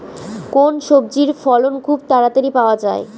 কোন সবজির ফলন খুব তাড়াতাড়ি পাওয়া যায়?